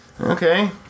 okay